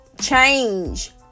change